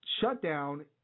shutdown